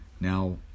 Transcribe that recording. now